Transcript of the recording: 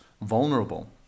vulnerable